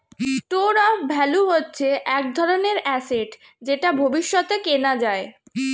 store of value হচ্ছে এক ধরনের অ্যাসেট যেটা ভবিষ্যতে কেনা যায়